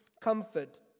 comfort